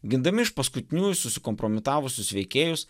gindami iš paskutiniųjų susikompromitavusius veikėjus